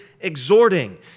exhorting